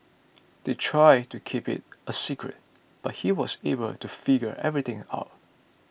they tried to keep it a secret but he was able to figure everything out